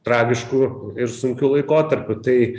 tragišku ir sunkiu laikotarpiu tai